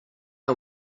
are